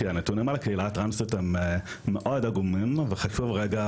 כי הנתונים על הקהילה הטרנסית הם מאוד עגומים וחשוב רגע